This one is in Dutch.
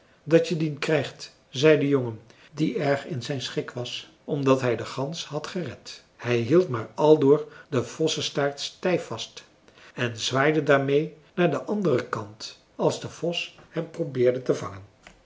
dat je dien krijgt zei de jongen die erg in zijn schik was omdat hij de gans had gered hij hield maar aldoor den vossestaart stijf vast en zwaaide daarmeê naar den anderen kant als de vos hem probeerde te vangen